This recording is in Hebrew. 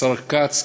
השר כץ,